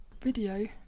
video